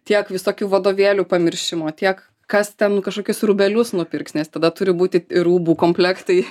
tiek visokių vadovėlių pamiršimo tiek kas ten kažkokius rūbelius nupirks nes tada turi būti ir rūbų komplektai